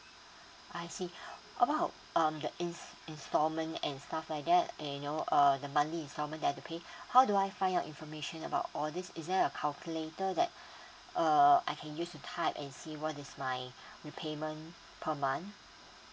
I see about um the ins~ installment and stuff like that annual um the money installment that I've to pay how do I find out information about all this is there a calculator that uh I can use to type and see what is my the repayment per month